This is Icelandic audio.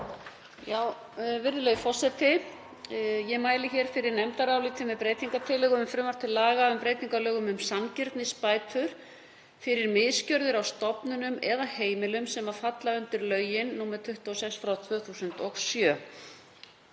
Virðulegi forseti. Ég mæli hér fyrir nefndaráliti með breytingartillögu um frumvarp til laga um breytingu á lögum um sanngirnisbætur fyrir misgjörðir á stofnunum eða heimilum sem falla undir lög nr. 26/2007.